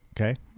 Okay